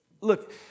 Look